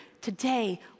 today